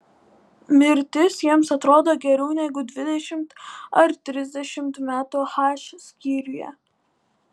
mirtis jiems atrodo geriau negu dvidešimt ar trisdešimt metų h skyriuje